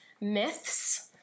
Myths